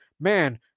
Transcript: Man